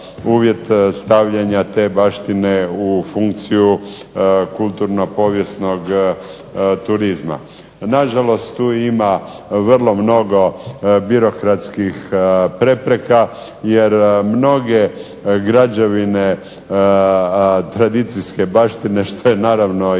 uvjet stavljanja te baštine u funkciju kulturno povijesnog turizma. Nažalost, tu ima vrlo mnogo birokratskih prepreka jer mnoge građevine tradicijske baštine, što je naravno